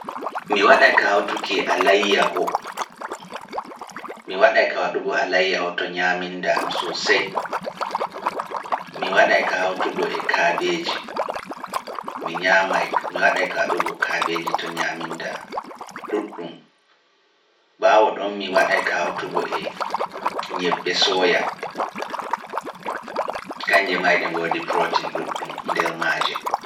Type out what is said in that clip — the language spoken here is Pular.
Min kam, mi annditataa innde ngoo ootum, mi annditataa innde kusel finatawa ngel ɗum joongirta e haakolooji, yami meeɗi mi ñaama ngoo ootum, ammaa mi yejjitii innde ɗen, ngam to mi woni, mi ɗuuɗaa naftirki e iri nduu ñaamdu.